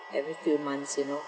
every few months you know